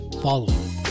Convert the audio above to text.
following